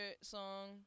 song